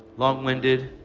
long winded.